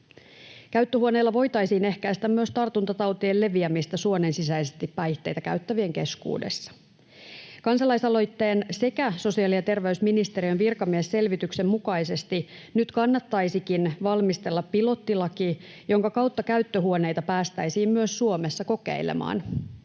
Käyttöhuoneella voitaisiin ehkäistä myös tartuntatautien leviämistä suonensisäisesti päihteitä käyttävien keskuudessa. Kansalaisaloitteen sekä sosiaali- ja terveysministeriön virkamiesselvityksen mukaisesti nyt kannattaisikin valmistella pilottilaki, jonka kautta käyttöhuoneita päästäisiin myös Suomessa kokeilemaan.